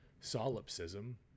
solipsism